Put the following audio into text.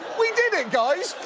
we did it guys!